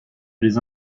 les